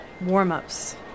warm-ups